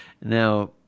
Now